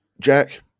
Jack